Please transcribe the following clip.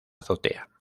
azotea